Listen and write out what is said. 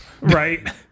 right